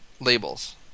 labels